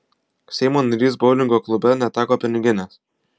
seimo narys boulingo klube neteko piniginės